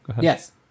yes